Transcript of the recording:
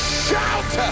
shout